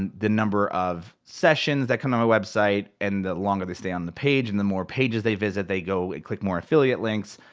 and the number of sessions that come to my website, and the longer they stay on the page, and the more pages they visit, they go click more affiliate links.